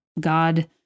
God